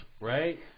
right